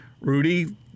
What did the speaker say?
Rudy